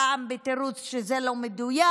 פעם בתירוץ שזה לא מדויק,